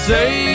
Say